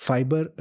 Fiber